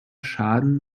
schaden